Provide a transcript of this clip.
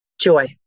Joy